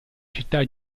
città